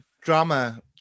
drama